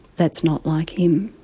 that's not like him,